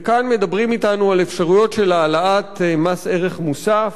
וכאן מדברים אתנו על אפשרויות של העלאת מס ערך מוסף.